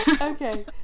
Okay